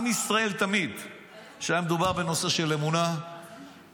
אף אחד גם לא רוצה קיצון, רוצים שוויון.